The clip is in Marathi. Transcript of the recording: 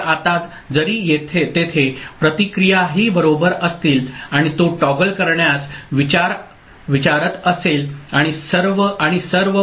तर आता जरी तेथे प्रतिक्रियाही बरोबर असतील आणि तो टॉगल करण्यास विचारत असेल आणि सर्व